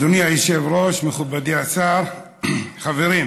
אדוני היושב-ראש, מכובדי השר, חברים,